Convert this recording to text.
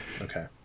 Okay